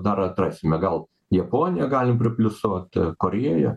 dar atrasime gal japoniją galim pripliusuot korėją